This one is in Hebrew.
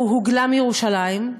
הוא הוגלה מירושלים,